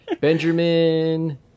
Benjamin